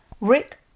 Rick